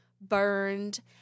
burned